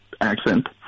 accent